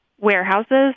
warehouses